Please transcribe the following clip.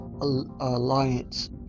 Alliance